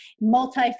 multi